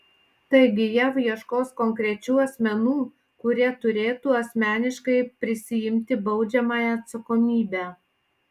taigi jav ieškos konkrečių asmenų kurie turėtų asmeniškai prisiimti baudžiamąją atsakomybę